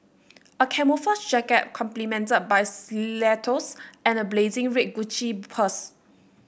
a camouflage jacket complemented by stilettos and a blazing red Gucci purse